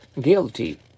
Guilty